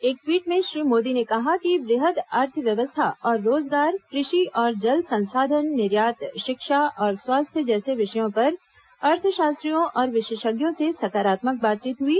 एक ट्वीट में श्री मोदी ने कहा कि वृहद अर्थव्यवस्था और रोजगार कृषि और जल संसाधन निर्यात शिक्षा और स्वास्थ्य जैसे विषयों पर अर्थशास्त्रियों और विशेषज्ञों से सकारात्मक बातचीत हुई